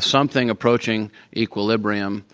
something approaching equilibrium.